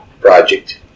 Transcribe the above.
project